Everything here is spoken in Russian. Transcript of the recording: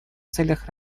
целях